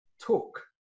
talk